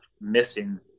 missing